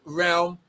realm